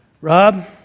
Rob